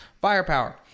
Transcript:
firepower